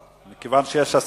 כיוון שיש הסכמה,